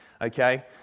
Okay